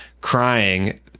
crying